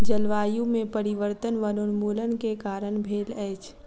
जलवायु में परिवर्तन वनोन्मूलन के कारण भेल अछि